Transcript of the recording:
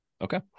okay